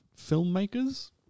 filmmakers